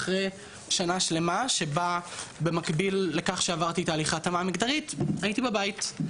אחרי שנה שלמה שבה במקביל לכך שעברתי תהליכי התאמה מגדרית הייתי בבית.